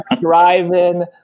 driving